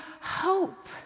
hope